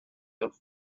heures